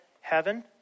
heaven